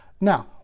Now